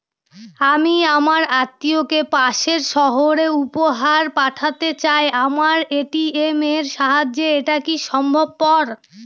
আমি আমার আত্মিয়কে পাশের সহরে উপহার পাঠাতে চাই আমার এ.টি.এম এর সাহায্যে এটাকি সম্ভবপর?